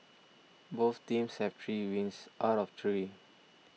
both teams have three wins out of three